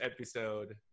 episode